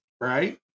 Right